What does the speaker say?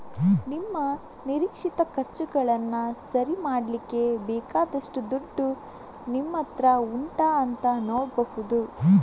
ನಿಮ್ಮ ನಿರೀಕ್ಷಿತ ಖರ್ಚುಗಳನ್ನ ಸರಿ ಮಾಡ್ಲಿಕ್ಕೆ ಬೇಕಾದಷ್ಟು ದುಡ್ಡು ನಿಮ್ಮತ್ರ ಉಂಟಾ ಅಂತ ನೋಡ್ಬಹುದು